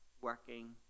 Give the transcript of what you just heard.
working